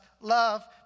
love